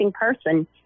person